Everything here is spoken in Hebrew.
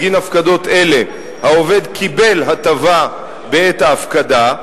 בגין הפקדות אלה העובד קיבל הטבה בעת ההפקדה,